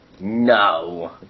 No